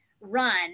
run